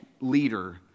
leader